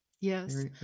Yes